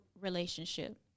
relationship